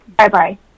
Bye-bye